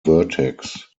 vertex